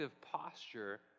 posture